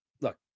look